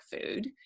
food